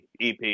EP